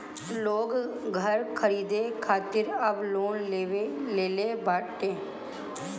लोग घर खरीदे खातिर अब लोन लेले ताटे